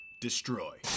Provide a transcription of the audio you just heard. destroy